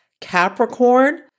Capricorn